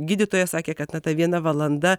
gydytoja sakė kad ta viena valanda